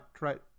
right